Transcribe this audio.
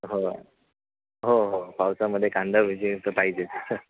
हो हो हो पावसामध्ये कांदाभजी तर पाहिजे आहेत